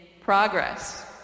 progress